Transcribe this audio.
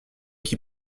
qui